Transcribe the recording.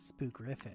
spookrific